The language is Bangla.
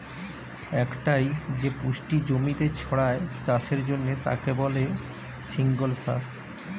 একটাই যে পুষ্টি জমিতে ছড়ায় চাষের জন্যে তাকে বলে সিঙ্গল সার